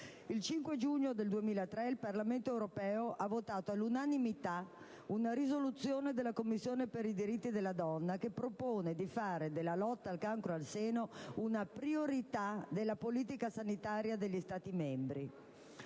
Il 5 giugno del 2003 il Parlamento europeo ha approvato all'unanimità una risoluzione della Commissione per i diritti della donna e le pari opportunità che propone di fare della lotta al cancro al seno una priorità della politica sanitaria degli Stati membri.